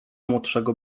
młodszego